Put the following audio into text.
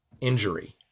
injury